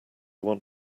want